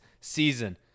season